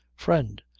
friend!